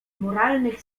moralnych